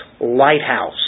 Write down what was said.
lighthouse